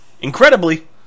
Incredibly